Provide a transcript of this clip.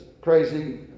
crazy